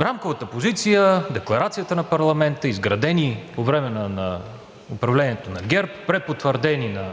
Рамковата позиция, декларацията на парламента, изградени по време на управлението на ГЕРБ, препотвърдени на